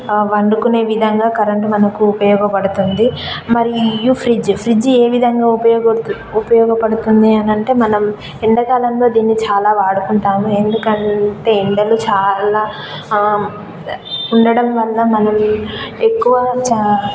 వండుకునే విధంగా కరెంటు మనకు ఉపయోగపడుతుంది మరియు ఫ్రిడ్జ్ ఫ్రిడ్జ్ ఏ విధంగా ఉపయోగ ఉపయోగపడుతుంది అని అంటే మనం ఎండాకాలంలో దీన్ని చాలా వాడుకుంటాము ఎందుకంటే ఎండలు చాలా ఉండటం వల్ల మనం ఎక్కువ